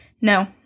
No